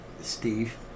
Steve